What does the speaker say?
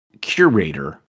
curator